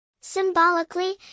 Symbolically